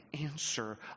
answer